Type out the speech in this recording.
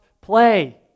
play